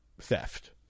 theft